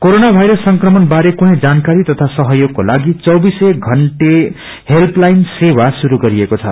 corona virus संक्रमण बारे कुनै जानकारी तथा सहयोगको लागि चौबीसै घण्टे हेल्पलाईन सेवा शुरू गरिएको छ